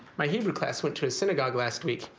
my hebrew class went to his synagogue last week.